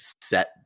set